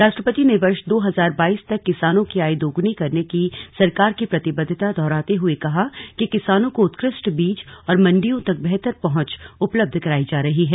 राष्ट्रपति ने वर्ष दो हजार बाइस तक किसानों की आय दोगुनी करने की सरकार की प्रतिबद्धता दोहराते हुए कहा कि किसानों को उत्कृष्ट बीज और मंडियों तक बेहतर पहुंच उपलब्ध कराई जा रही है